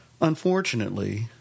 Unfortunately